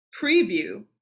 preview